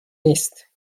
نیست